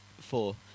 four